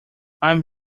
i’m